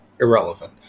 Irrelevant